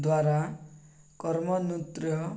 ଦ୍ୱାରା କର୍ମ ନୃତ୍ୟ